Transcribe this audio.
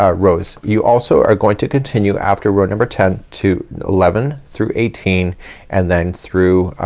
ah rows. you also are going to continue after row number ten to eleven through eighteen and then through